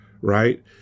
Right